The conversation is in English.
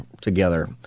together